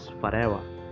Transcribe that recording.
forever